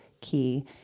key